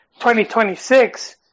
2026